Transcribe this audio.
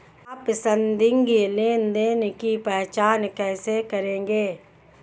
आप संदिग्ध लेनदेन की पहचान कैसे करेंगे?